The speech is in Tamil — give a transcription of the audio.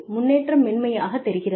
முன்னேற்றம் மென்மையாகத் தெரிகிறது